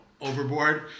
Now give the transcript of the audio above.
overboard